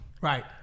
Right